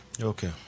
Okay